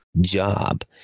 job